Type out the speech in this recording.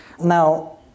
Now